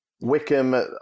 Wickham